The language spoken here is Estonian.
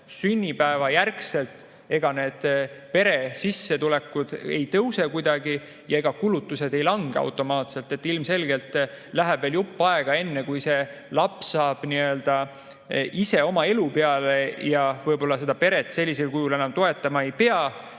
sünnipäeva järgselt pere sissetulekud ei tõuse kuidagi ja kulutused ei lange automaatselt. Ilmselgelt läheb veel jupp aega, enne kui laps saab oma elu peale ja võib-olla seda peret sellisel kujul enam toetama ei pea.